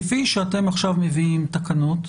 כפי שאתם עכשיו מביאים תקנות,